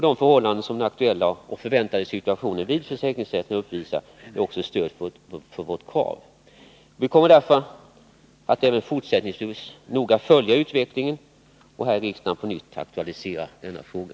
De förhållanden som den aktuella och förväntade situationen vid försäkringsrätterna uppvisar är också ett stöd för vårt krav. Vi kommer därför att även fortsättningsvis noga följa utvecklingen och här i riksdagen på nytt aktualisera denna fråga.